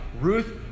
Ruth